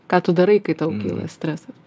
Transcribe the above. ką tu darai kai tau kyla stresas